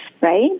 right